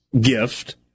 gift